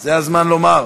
זה הזמן לומר.